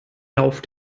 lauf